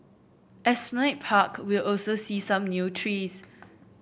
Esplanade Park will also see some new trees